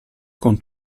con